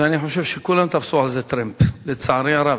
ואני חושב שכולם תפסו על זה טרמפ, לצערי הרב.